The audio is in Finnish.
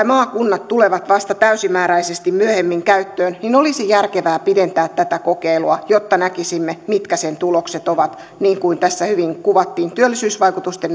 maakunnat tulevat täysimääräisesti vasta myöhemmin käyttöön olisi järkevää pidentää tätä kokeilua jotta näkisimme mitkä sen tulokset ovat niin kuin tässä hyvin kuvattiin työllisyysvaikutusten